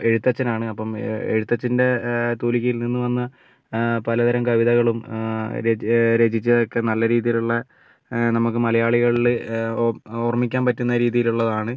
എഴുത്തച്ഛനാണ് അപ്പം എഴുത്തച്ഛന്റെ തൂലികയിൽ നിന്ന് വന്ന പലതരം കവിതകളും രച രചിച്ചതൊക്കെ നല്ല രീതിയിലുള്ള നമുക്ക് മലയാളികളിൽ ഓർമ്മിക്കാൻ പറ്റുന്ന രീതിയിലുള്ളതാണ്